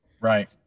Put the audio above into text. Right